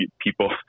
people